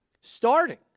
starting